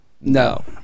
No